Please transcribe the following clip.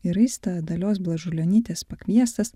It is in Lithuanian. į raistą dalios blažulionytės pakviestas